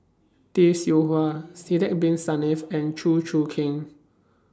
Tay Seow Huah Sidek Bin Saniff and Chew Choo Keng